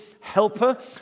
helper